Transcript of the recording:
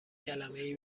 کلمه